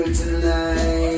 tonight